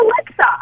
Alexa